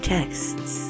Texts